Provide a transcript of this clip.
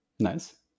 nice